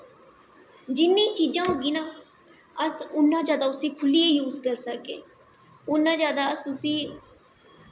जिन्नी चीज़ां होगी ना अस उन्ना उसगी खु'ल्लियै यूस करी सकगे उन्ना जादा अस उसी